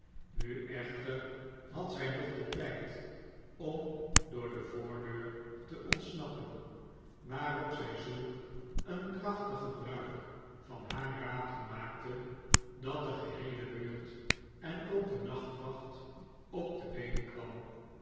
nu echter had zij nog den tijd om door de voordeur te ontsnappen waarop zi zulk een krachtig gebruik van haar ratel maakte dat de geheele buurt en ook de nachtwacht op de been kwam